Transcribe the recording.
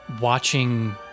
watching